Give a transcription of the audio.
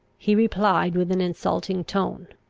he replied with an insulting tone,